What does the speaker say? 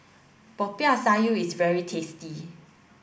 Popiah Sayur is very tasty